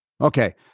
Okay